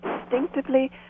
distinctively